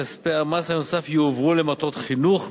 כספי המס הנוסף יועברו למטרות חינוך,